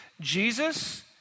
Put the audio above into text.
Jesus